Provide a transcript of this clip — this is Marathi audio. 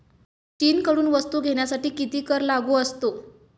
चीनकडून वस्तू घेण्यासाठी किती कर लागू असतो?